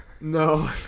No